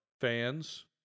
fans